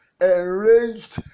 enraged